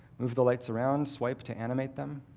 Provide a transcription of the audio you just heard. move the lights around, swipe to animate them.